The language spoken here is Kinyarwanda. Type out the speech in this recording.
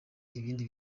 ibindi